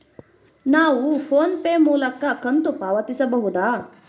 ನಾವು PhonePe ಮೂಲಕ ಕಂತು ಪಾವತಿಸಬಹುದಾ?